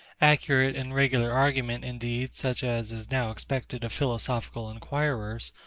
accurate and regular argument, indeed, such as is now expected of philosophical inquirers,